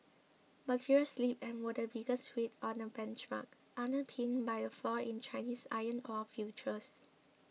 materials slipped and were the biggest weight on the benchmark underpinned by a fall in Chinese iron ore futures